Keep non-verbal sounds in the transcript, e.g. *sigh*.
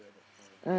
*noise* mm